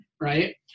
right